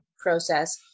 process